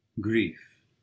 Grief